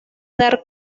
dar